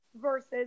versus